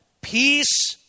peace